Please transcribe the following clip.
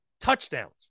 touchdowns